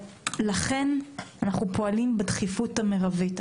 לכן, אנחנו פועלים בדחיפות המרבית.